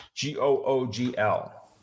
G-O-O-G-L